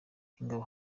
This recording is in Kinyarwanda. ingabo